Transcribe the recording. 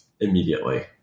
immediately